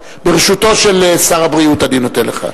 ברשותו של שר הבריאות אני נותן לך.